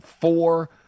four